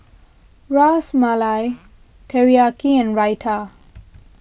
Ras Malai Teriyaki and Raita